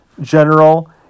general